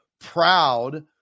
Proud